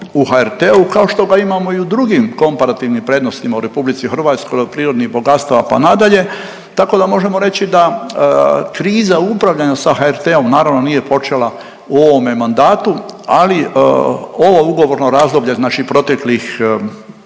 u HRT-u, kao što ga imamo i u drugim komparativnim prednostima u RH, od prirodnih bogatstava pa nadalje, tako da možemo reći da kriza upravljanja sa HRT-om, naravno, nije počela u ovome mandatu, ali ovo ugovorno razdoblje, znači proteklih